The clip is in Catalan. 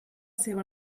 seva